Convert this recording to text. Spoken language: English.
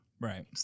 Right